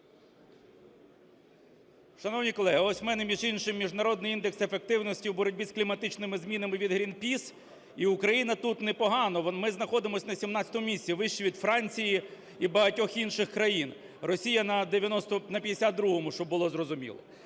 Шановні колеги, ось в мене, між іншим, міжнародний індекс ефективності в боротьбі з кліматичними змінами від Greenpeace, і Україна тут непогано, ми знаходимось на 17 місці, вище від Франції і багатьох інших країн, Росія - на 52-у, щоб було зрозуміло.